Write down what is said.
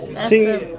See